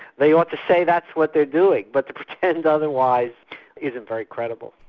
they ought to say that's what they're doing, but to pretend otherwise isn't very credible.